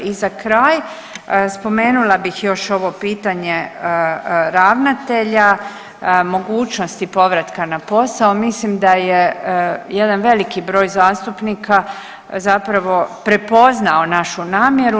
I za kraj spomenula bih još ovo pitanje ravnatelja, mogućnosti povrataka na posao, mislim da je jedan veliki broj zastupnika zapravo prepoznao našu namjeru.